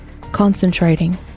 concentrating